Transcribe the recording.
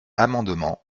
amendement